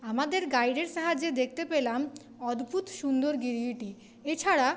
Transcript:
আমাদের গাইডের সাহায্যে দেখতে পেলাম অদ্ভূত সুন্দর গিরগিটি এছাড়া